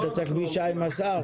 אתה צריך פגישה עם השר?